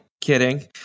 Kidding